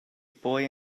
boy